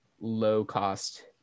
low-cost